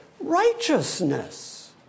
righteousness